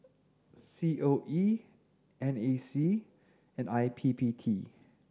C O E N A C and I P P T